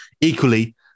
Equally